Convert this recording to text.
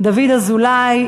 דוד אזולאי,